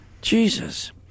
Jesus